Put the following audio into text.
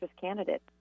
candidate